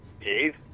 Dave